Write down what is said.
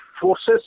forces